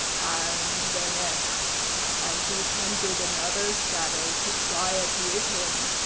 and the next and he tempted another shadow to try it with him.